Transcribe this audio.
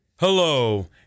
Hello